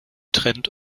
trennt